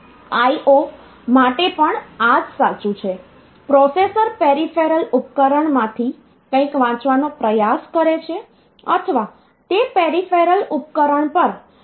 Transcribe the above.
IO માટે પણ આ જ સાચું છે પ્રોસેસર પેરિફેરલ ઉપકરણમાંથી કંઈક વાંચવાનો પ્રયાસ કરી શકે છે અથવા તે પેરિફેરલ ઉપકરણ પર લખવાનો પ્રયાસ કરી શકે છે